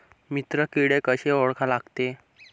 मित्र किडे कशे ओळखा लागते?